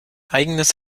eigenes